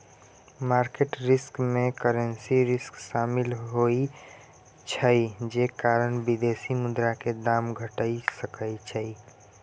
market risk में currency risk शामिल होइ छइ जे कारण विदेशी मुद्रा के दाम घइट सकइ छइ